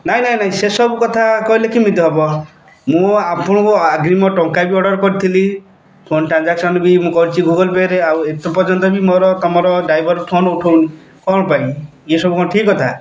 ନାଇଁ ନାଇଁ ନାଇଁ ସେସବୁ କଥା କହିଲେ କେମିତି ହେବ ମୁଁ ଆପଣଙ୍କୁ ଆଗରୁ ମୋ ଟଙ୍କା ବି ଅର୍ଡ଼ର୍ କରିଥିଲି ଫୋନ୍ ଟ୍ରାଞ୍ଜାକ୍ସନ୍ ବି ମୁଁ କରିଛି ଗୁଗଲ୍ପେରେ ଆଉ ଏତେ ପର୍ଯ୍ୟନ୍ତ ବି ମୋର ତମର ଡ଼୍ରାଇଭର୍ ଫୋନ୍ ଉଠଉନି କଣ ପାଇଁ ଇଏ ସବୁ କଣ ଠିକ୍ କଥା